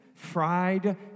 fried